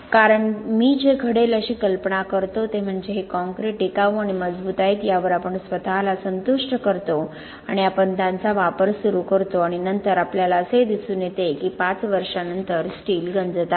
कारण मी जे घडेल अशी कल्पना करतो ते म्हणजे हे काँक्रीट टिकाऊ आणि मजबूत आहेत यावर आपण स्वतःला संतुष्ट करतो आणि आपण त्यांचा वापर सुरू करतो आणि नंतर आपल्याला असे दिसून येते की 5 वर्षांनंतर स्टील गंजत आहे